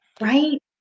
Right